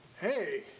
hey